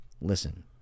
Listen